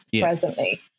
presently